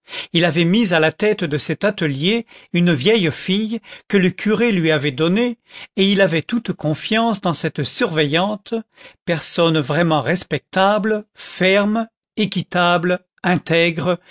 il avait mis à la tête de cet atelier une vieille fille que le curé lui avait donnée et il avait toute confiance dans cette surveillante personne vraiment respectable ferme équitable intègre